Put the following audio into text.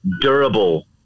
durable